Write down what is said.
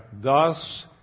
thus